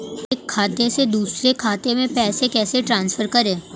एक खाते से दूसरे खाते में पैसे कैसे ट्रांसफर करें?